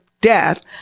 death